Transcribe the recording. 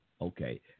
Okay